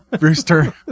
rooster